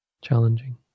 challenging